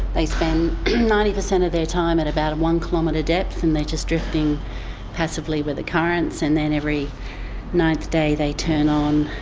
they spend ninety percent of their time at about a one-kilometre depth and they're just drifting passively with the currents. and then every ninth day they turn on,